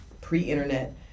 pre-internet